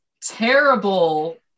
terrible